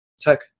tech